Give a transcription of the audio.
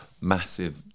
massive